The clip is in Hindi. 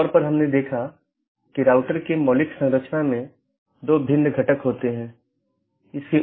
आज हम BGP पर चर्चा करेंगे